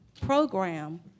program